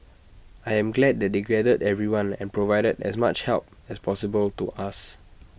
I am glad that they gathered everyone and provided as much help as possible to us